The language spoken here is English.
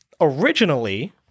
originally